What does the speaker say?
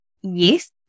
Yes